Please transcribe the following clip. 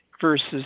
Versus